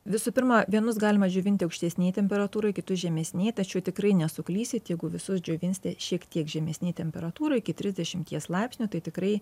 visų pirma vienus galima džiovinti aukštesnėj temperatūroj kitus žemesnėj tačiau tikrai nesuklysit jeigu visus džiovinsite šiek tiek žemesnėj temperatūroj iki trisdešimties laipsnių tai tikrai